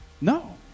No